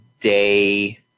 day